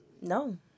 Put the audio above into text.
No